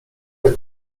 jak